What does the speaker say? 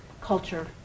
culture